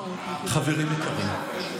חברים יקרים,